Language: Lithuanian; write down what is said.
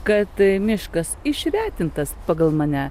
kad miškas išretintas pagal mane